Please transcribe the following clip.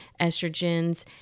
estrogens